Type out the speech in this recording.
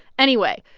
anyway,